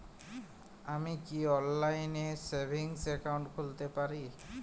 আমি কি অনলাইন এ সেভিংস অ্যাকাউন্ট খুলতে পারি?